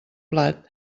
plat